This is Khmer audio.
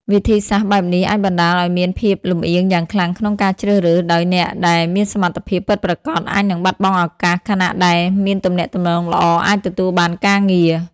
វិធីសាស្ត្របែបនេះអាចបណ្ដាលឲ្យមានភាពលំអៀងយ៉ាងខ្លាំងក្នុងការជ្រើសរើស ដោយអ្នកដែលមានសមត្ថភាពពិតប្រាកដអាចនឹងបាត់បង់ឱកាស ខណៈអ្នកដែលមានទំនាក់ទំនងល្អអាចទទួលបានការងារ។